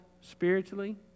spiritually